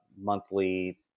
monthly